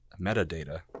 metadata